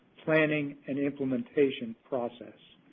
planning and implementation process.